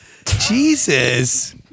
Jesus